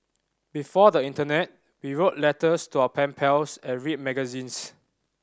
before the internet we wrote letters to our pen pals and read magazines